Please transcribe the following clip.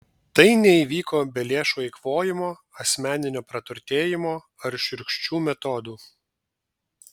tai neįvyko be lėšų eikvojimo asmeninio praturtėjimo ar šiurkščių metodų